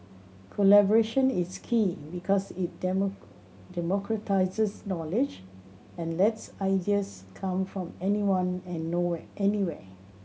collaboration is key because it democratises knowledge and lets ideas come from anyone and nowhere anywhere